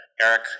Eric